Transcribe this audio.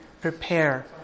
prepare